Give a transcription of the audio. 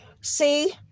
see